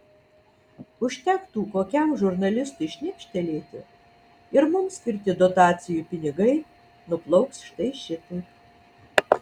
užtektų kokiam žurnalistui šnipštelėti ir mums skirti dotacijų pinigai nuplauks štai šitaip